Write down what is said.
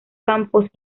campos